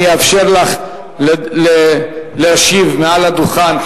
אני אאפשר לך להשיב מעל הדוכן,